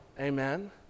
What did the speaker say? Amen